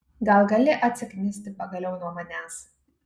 gal gali atsiknisti pagaliau nuo manęs